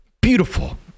beautiful